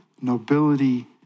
nobility